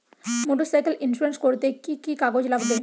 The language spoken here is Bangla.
মোটরসাইকেল ইন্সুরেন্স করতে কি কি কাগজ লাগবে?